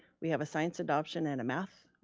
we have a science adoption and a math.